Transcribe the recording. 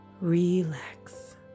relax